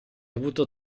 avuto